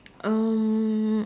um